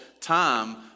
time